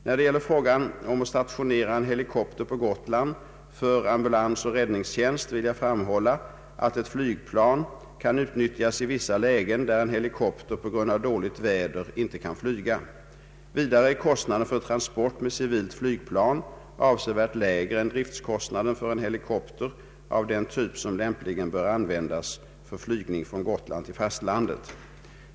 När det gäller frågan om att stationera en helikopter på Gotland för ambulansoch räddningstjänst vill jag framhålla att ett flygplan kan utnyttjas i vissa lägen där en helikopter på grund av dåligt väder inte kan flyga. Vidare är kostnaden för transport med civilt flygplan avsevärt lägre än driftkostnaden för en helikopter av den typ som lämpligen bör användas för flygning från Gotland till fastlandet.